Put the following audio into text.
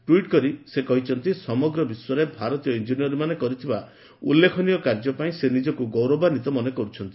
tweet କରି ସେ କହିଛନ୍ତି ସମଗ୍ର ବିଶ୍ୱରେ ଭାରତୀୟ ଇଞ୍ଜିନିୟରମାନେ କରିଥିବା ଉଲ୍ଲେଖନୀୟ କାର୍ଯ୍ୟ ପାଇଁ ସେ ନିଜକୁ ଗୌରବାନ୍ୱିତ ମନେକରୁଛନ୍ତି